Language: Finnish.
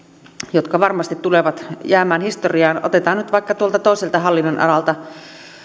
jotka varmasti tulevat jäämään historiaan otetaan nyt vaikka tuolta toiselta hallinnonalalta